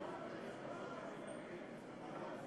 אילו ב-1791 היא לא הייתה